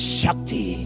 shakti